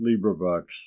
LibriVox